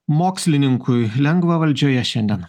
mokslininkui lengva valdžioje šiandien